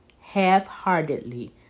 half-heartedly